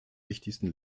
wichtigsten